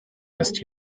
erst